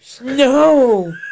No